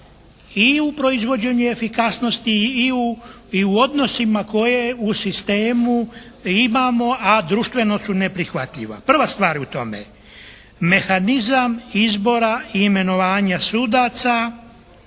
i u proizvođenju efikasnosti i u odnosima koje u sistemu imamo, a društveno su neprihvatljiva. Prva stvar u tome mehanizam izbora i imenovanja sudaca